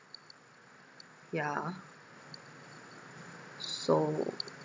yeah so